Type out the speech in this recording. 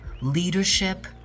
Leadership